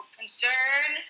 concern